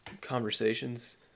conversations